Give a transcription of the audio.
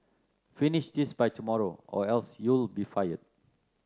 finish this by tomorrow or else you'll be fired